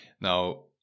Now